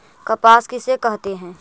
कपास किसे कहते हैं?